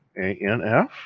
ANF